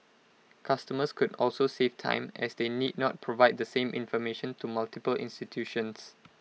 customers could also save time as they need not provide the same information to multiple institutions